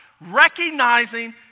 Recognizing